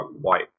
white